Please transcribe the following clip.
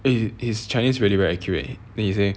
eh his chinese really very accurately then he say